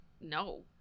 No